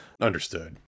Understood